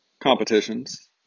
competitions